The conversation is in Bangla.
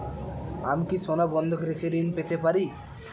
আমি কি সোনা বন্ধক রেখে ঋণ পেতে পারি?